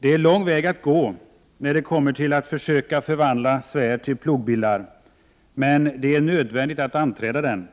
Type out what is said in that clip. Det är lång väg att gå när det kommer till att försöka förvandla svärd till plogbillar, men det är nödvändigt att anträda den.